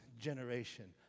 generation